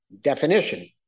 definition